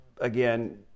Again